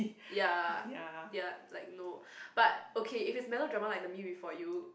ya ya like no but okay if it's melodrama like the Me Before You